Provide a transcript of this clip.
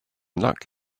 luck